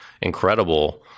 incredible